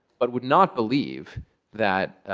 but would not believe that